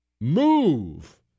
Move